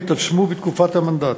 והתעצמו בתקופת המנדט.